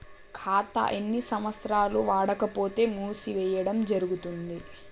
ఖాతా ఎన్ని సంవత్సరాలు వాడకపోతే మూసివేయడం జరుగుతుంది?